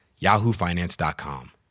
YahooFinance.com